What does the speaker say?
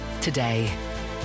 today